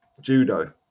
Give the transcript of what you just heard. Judo